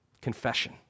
Confession